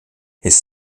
his